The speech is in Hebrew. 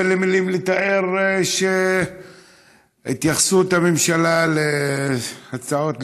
אין לי מילים לתאר את התייחסות הממשלה להצעות לסדר-היום.